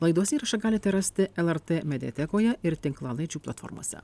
laidos įrašą galite rasti lrt mediatekoje ir tinklalaidžių platformose